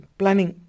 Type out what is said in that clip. planning